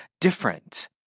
different